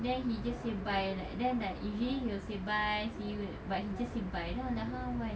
then he just say bye like then like usually he will say bye see you but he just say bye then I'm like !huh! why